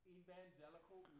evangelical